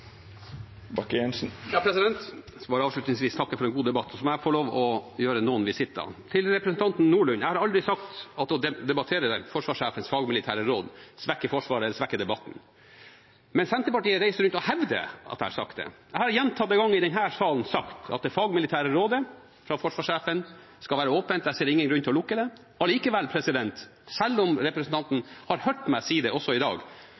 avslutningsvis takke for en god debatt, og så må jeg få lov til å gjøre noen visitter. Til representanten Nordlund: Jeg har aldri sagt at det å debattere forsvarssjefens fagmilitære råd svekker Forsvaret eller debatten, men Senterpartiet reiser rundt og hevder at jeg har sagt det. Jeg har gjentatte ganger i denne salen sagt at det fagmilitære rådet fra forsvarssjefen skal være åpent. Jeg ser ingen grunn til å lukke det. Allikevel, selv om representanten har hørt meg si det også i dag,